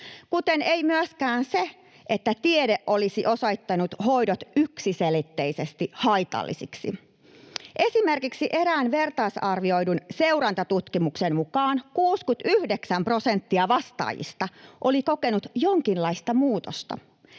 Kuten ei myöskään se, että tiede olisi osoittanut hoidot yksiselitteisesti haitallisiksi. Esimerkiksi erään vertaisarvioidun seurantatutkimuksen [Ilmari Nurmisen välihuuto] mukaan 69 prosenttia vastaajista oli kokenut jonkinlaista muutosta.